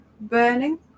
Burning